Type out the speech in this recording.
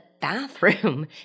bathroom